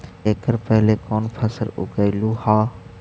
एकड़ पहले कौन फसल उगएलू हा?